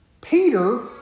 Peter